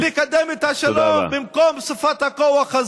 הדמוקרטים, במקום לבוא לכאן